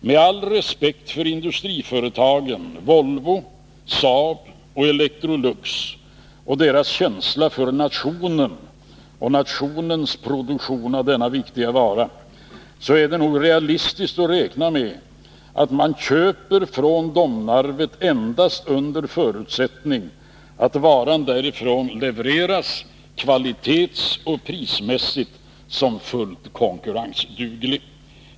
Med all respekt för industriföretagen Volvo, Saab och Electrolux och deras känsla för nationen och nationens produktion av denna viktiga vara, är det nog realistiskt att räkna med att de köper från Domnarvet endast under förutsättning att varan därifrån levereras kvalitetsoch prismässigt som fullt konkurrensduglig.